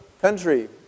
country